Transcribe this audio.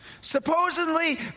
Supposedly